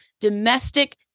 domestic